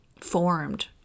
formed